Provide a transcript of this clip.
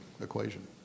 equation